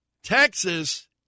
Texas